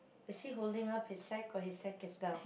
is he holding up his sack or his sack is down